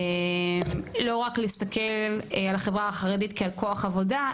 לא רק להסתכל על החברה החרדית כעל כוח עבודה,